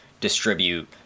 distribute